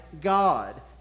God